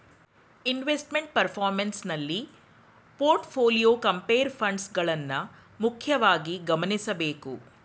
investment performance ನಲ್ಲಿ portfolio, compare funds ಗಳನ್ನ ಮುಖ್ಯವಾಗಿ ಗಮನಿಸಬೇಕು